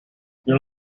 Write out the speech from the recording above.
your